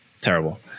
terrible